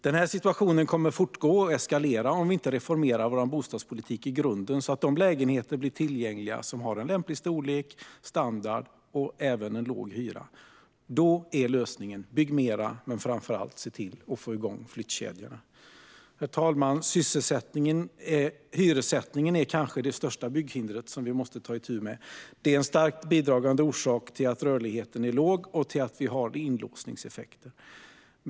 Den här situationen kommer att fortgå och eskalera om vi inte reformerar vår bostadspolitik i grunden så att de lägenheter blir tillgängliga som har lämplig storlek och standard och låg hyra. Då är lösningen att bygga mer men framför allt att se till att få igång flyttkedjorna. Herr talman! Hyressättningen är kanske det största bygghindret som vi måste ta itu med. Det är en starkt bidragande orsak till att rörligheten är låg och till att vi har inlåsningseffekter.